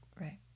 Right